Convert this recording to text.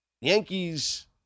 Yankees